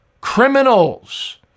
Criminals